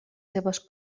seves